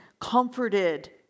comforted